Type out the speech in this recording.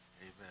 Amen